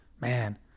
Man